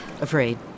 Afraid